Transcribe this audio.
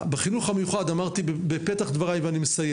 בחינוך המיוחד, אמרתי בפתח דבריי ועם זה אסיים